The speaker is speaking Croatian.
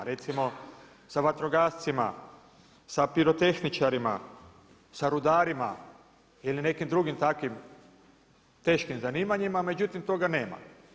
Recimo, sa vatrogascima, sa pirotehničarima, sa rudarima ili nekim drugim takvim teškim zanimanjima, međutim toga nema.